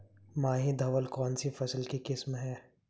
माही धवल कौनसी फसल की किस्म है?